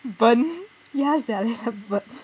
burn ya sia later burn